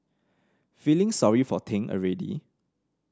feeling sorry for Ting already